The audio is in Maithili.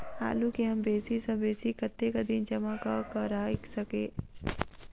आलु केँ हम बेसी सऽ बेसी कतेक दिन जमा कऽ क राइख सकय